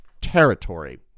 territory